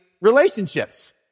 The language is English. relationships